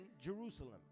Jerusalem